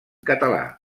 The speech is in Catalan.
català